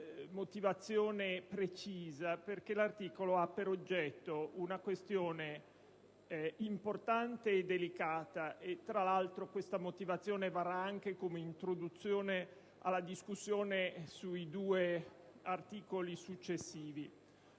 39 merita una motivazione precisa, perché l'articolo ha per oggetto una questione importante e delicata. Questa motivazione poi varrà anche come introduzione alla discussione sui sei articoli successivi.